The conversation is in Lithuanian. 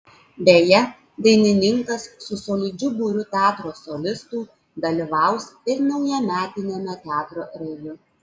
beje dainininkas su solidžiu būriu teatro solistų dalyvaus ir naujametiniame teatro reviu